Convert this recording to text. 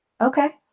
Okay